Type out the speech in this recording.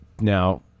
Now